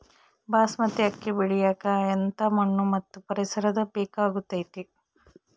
ಬಾಸ್ಮತಿ ಅಕ್ಕಿ ಬೆಳಿಯಕ ಎಂಥ ಮಣ್ಣು ಮತ್ತು ಪರಿಸರದ ಬೇಕಾಗುತೈತೆ?